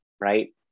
right